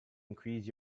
increase